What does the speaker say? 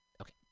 Okay